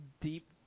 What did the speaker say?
deep